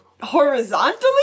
horizontally